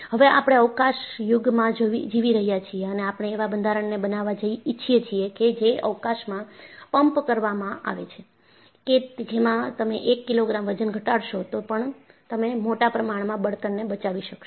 હવે આપણે અવકાશ યુગમાં જીવી રહ્યા છીએ અને આપણે એવા બંધારણ ને બનાવવા ઈચ્છીએ છીએ કે જે અવકાશમાં પમ્પ કરવામાં આવે કે જેમાં તમે 1 કિલોગ્રામ વજન ઘટાડશો તો પણ તમે મોટા પ્રમાણમાં બળતણને બચાવી શકશો